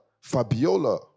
Fabiola